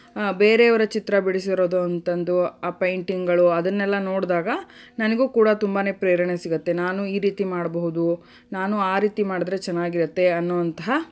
ಬೇರೆಯವರ ಚಿತ್ರ ಬಿಡಿಸಿರೋದು ಅಂತಂದು ಆ ಪೈಂಟಿಂಗ್ಗಳು ಅದನ್ನೆಲ್ಲ ನೋಡಿದಾಗ ನನಗೂ ಕೂಡ ತುಂಬಾ ಪ್ರೇರಣೆ ಸಿಗುತ್ತೆ ನಾನೂ ಈ ರೀತಿ ಮಾಡಬಹುದು ನಾನೂ ಆ ರೀತಿ ಮಾಡಿದ್ರೆ ಚೆನ್ನಾಗಿರತ್ತೆ ಅನ್ನುವಂತಹ